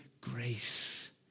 grace